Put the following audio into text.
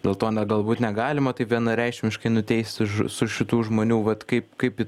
dėl to na galbūt negalima taip vienareikšmiškai nuteisti už su šitų žmonių vat kaip kaip